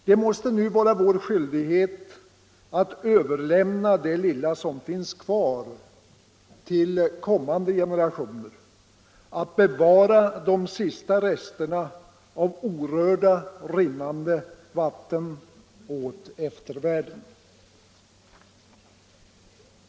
Det måste nu vara vår skyldighet att överlämna det lilla som finns kvar till kommande generationer, att bevara de sista resterna av orörda rinnande vatten åt eftervärlden.